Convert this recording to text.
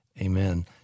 Amen